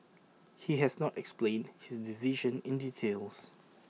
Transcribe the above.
he has not explained his decision in details